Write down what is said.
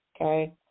okay